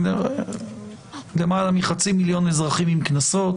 יותר מחצי מיליון אזרחים עם קנסות,